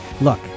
Look